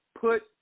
put